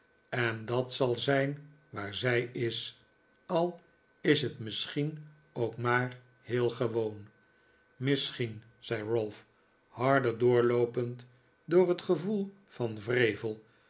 en dat zal zijn waar zij is al is het misschien ook maar heel gewoon misschien zei ralph harder doorloopend door het gevoel van wrevel